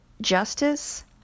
justice